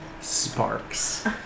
sparks